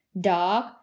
dog